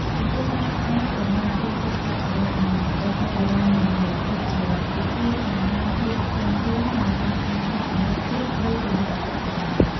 ចំពោះការប្រើក្រមាពេលចូលវត្តអារាម និងប្រាសាទបុរាណនានា គឺជាវិធីបង្កើនភាពសមរម្យនិងស្រស់ស្អាតមួយកម្រិតទៀតលើសម្លៀកបំពាក់ផងដែរ។